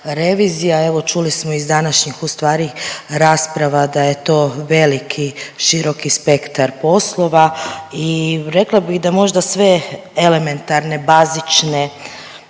revizija. Evo, čuli smo iz današnjih ustvari rasprava da je to veliki, široki spektar poslova i rekla bih da možda sve elementarne, bazične